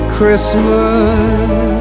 Christmas